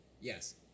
Yes